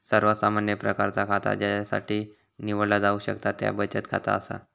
सर्वात सामान्य प्रकारचा खाता ज्यासाठी निवडला जाऊ शकता त्या बचत खाता असा